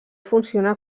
funciona